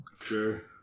sure